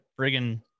friggin